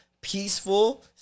peaceful